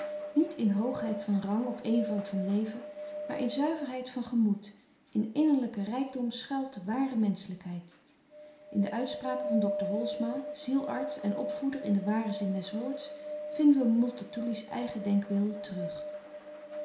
niet in hoogheid van rang of eenvoud van leven maar in zuiverheid van gemoed in innerlijken rijkdom schuilt de ware menschelijkheid in de uitspraken van dr holsma zielearts en opvoeder in den waren zin des woords vinden we multatuli's eigen denkbeelden terug